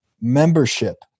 membership